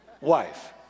Wife